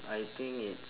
I think it's